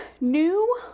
new